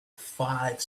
five